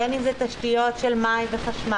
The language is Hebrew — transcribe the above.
בין אם זה תשתיות של מים וחשמל,